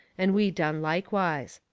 and we done likewise.